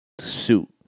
suit